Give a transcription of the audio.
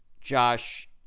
josh